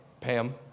Pam